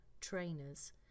trainers